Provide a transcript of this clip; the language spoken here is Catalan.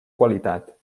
qualitat